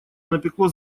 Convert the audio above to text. напекло